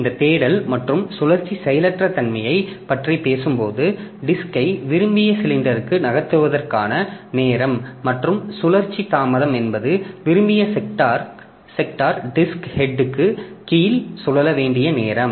இந்த தேடல் மற்றும் சுழற்சி செயலற்ற தன்மையைப் பற்றி பேசும்போது டிஸ்க் ஐ விரும்பிய சிலிண்டருக்கு நகர்த்துவதற்கான நேரம் மற்றும் சுழற்சி தாமதம் என்பது விரும்பிய செக்டார் டிஸ்க் ஹெட்க்கு கீழ் சுழல வேண்டிய நேரம்